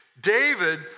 David